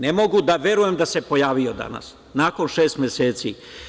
Ne mogu da verujem da se pojavio danas nakon šest meseci.